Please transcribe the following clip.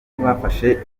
bafashe